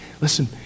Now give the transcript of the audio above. listen